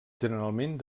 generalment